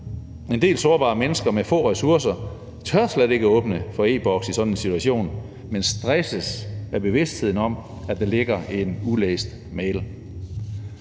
En del sårbare mennesker med få ressourcer tør slet ikke åbne for e-Boks i sådan en situation, men stresses af bevidstheden om, at der ligger en ulæst mail.